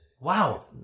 Wow